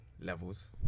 levels